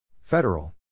Federal